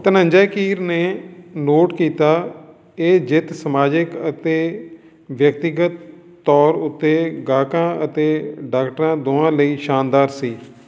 ਧਨੰਜੈ ਕੀਰ ਨੇ ਨੋਟ ਕੀਤਾ ਇਹ ਜਿੱਤ ਸਮਾਜਿਕ ਅਤੇ ਵਿਅਕਤੀਗਤ ਤੌਰ ਉੱਤੇ ਗ੍ਰਾਹਕਾਂ ਅਤੇ ਡਾਕਟਰਾਂ ਦੋਵਾਂ ਲਈ ਸ਼ਾਨਦਾਰ ਸੀ